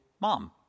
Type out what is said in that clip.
mom